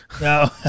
No